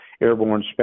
airborne